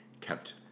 kept